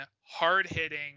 hard-hitting